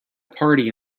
party